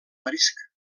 marisc